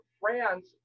France